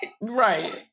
right